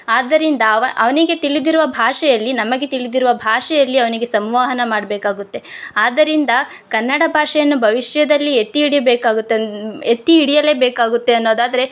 ಆದ್ದರಿಂದ ಅವನಿಗೆ ತಿಳಿದಿರುವ ಭಾಷೆಯಲ್ಲಿ ನಮಗೆ ತಿಳಿದಿರುವ ಭಾಷೆಯಲ್ಲಿ ಅವನಿಗೆ ಸಂವಹನ ಮಾಡ್ಬೇಕಾಗುತ್ತೆ ಆದ್ದರಿಂದ ಕನ್ನಡ ಭಾಷೆಯನ್ನು ಭವಿಷ್ಯದಲ್ಲಿ ಎತ್ತಿ ಹಿಡಿಬೇಕಾಗುತ್ತೆ ಎತ್ತಿಹಿಡಿಯಲೇ ಬೇಕಾಗುತ್ತೆ ಅನ್ನೋದಾದ್ರೆ